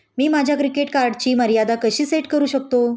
मी माझ्या क्रेडिट कार्डची मर्यादा कशी सेट करू शकतो?